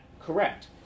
correct